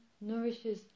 nourishes